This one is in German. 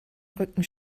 rücken